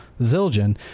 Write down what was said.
Zildjian